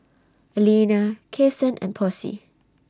Alena Kasen and Posey